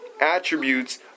attributes